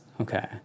Okay